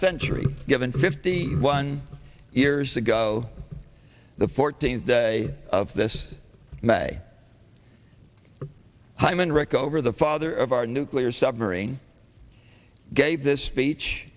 century given fifty one years ago the fourteenth day of this may hyman rickover the father of our nuclear submarine gave this speech